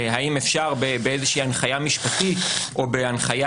האם אפשר באיזושהי הנחיה משפטית או בהנחיה